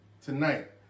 tonight